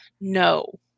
no